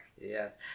Yes